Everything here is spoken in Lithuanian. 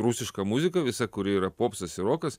rusiška muzika visa kuri yra popsas ir rokas